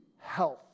health